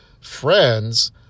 friends